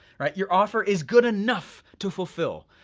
right? your offer is good enough to fulfill,